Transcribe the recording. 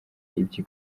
ibyo